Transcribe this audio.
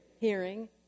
hearing